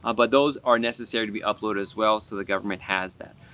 ah but those are necessary to be uploaded as well so the government has that.